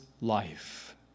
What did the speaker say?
life